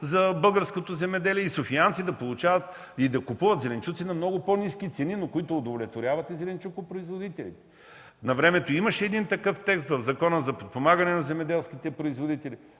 за българското земеделие и софиянци да получават и да купуват зеленчуци на много по-ниски цени, но които удовлетворяват и зеленчукопроизводителите. Навремето имаше един такъв текст в Закона за подпомагане на земеделските производители,